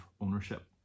ownership